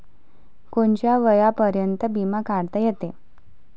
कोनच्या वयापर्यंत बिमा काढता येते?